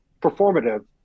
performative